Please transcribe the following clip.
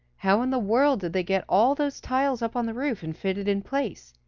how in the world did they get all those tiles up on the roof and fitted in place?